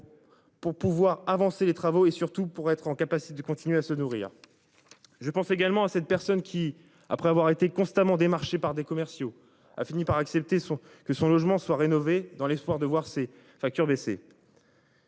pour pouvoir avancer les travaux et surtout pour être en capacité de continuer à se nourrir. Je pense également à cette personne qui après avoir été constamment démarchés par des commerciaux a fini par accepter son que son logement soit rénové dans l'espoir de voir ses factures baisser.